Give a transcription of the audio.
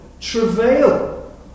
travail